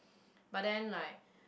but then like